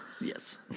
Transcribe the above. Yes